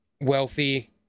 wealthy